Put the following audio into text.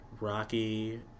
rocky